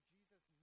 Jesus